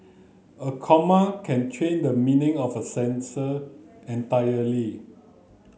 a comma can change the meaning of a entirely